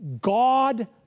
God